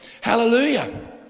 hallelujah